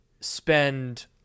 spend